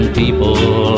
people